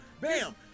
bam